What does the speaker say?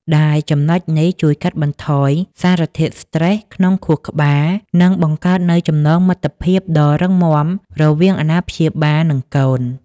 ដែលចំណុចនេះជួយកាត់បន្ថយសារធាតុស្ត្រេសក្នុងខួរក្បាល និងបង្កើតនូវចំណងមិត្តភាពដ៏រឹងមាំរវាងអាណាព្យាបាល និងកូន។